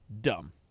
dumb